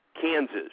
Kansas